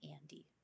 Andy